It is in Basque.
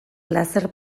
plazer